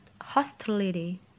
hostility